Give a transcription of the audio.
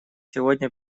сегодня